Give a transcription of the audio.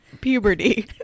puberty